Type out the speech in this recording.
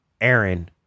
Aaron